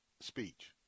speech